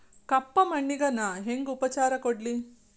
ಕಪ್ಪ ಮಣ್ಣಿಗ ನಾ ಹೆಂಗ್ ಉಪಚಾರ ಕೊಡ್ಲಿ?